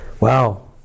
Wow